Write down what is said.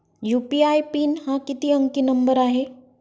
UPI PIN हा किती अंकी नंबर असतो?